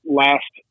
last